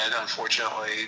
unfortunately